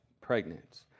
pregnant